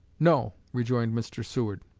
no, rejoined mr. seward.